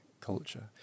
culture